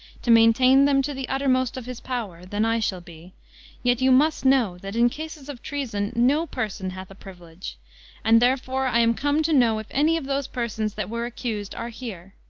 to maintain them to the uttermost of his power, than i shall be yet you must know that in cases of treason no person hath a privilege and therefore i am come to know if any of those persons that were accused are here.